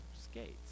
skates